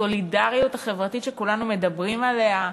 בסולידריות החברתית שכולנו מדברים עליה,